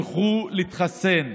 לכו להתחסן.